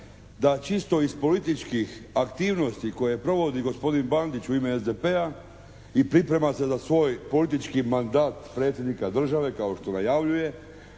da čisto iz političkih aktivnosti koje provodi gospodin Bandić u ime SDP-a i priprema se za svoj politički mandat predsjednika države kao što najavljuje